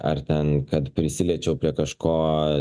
ar ten kad prisiliečiau prie kažko